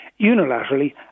unilaterally